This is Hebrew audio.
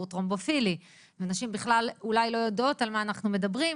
טרומבופילי ונשים בכלל אולי לא יודעות על מה אנחנו מדברים.